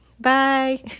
Bye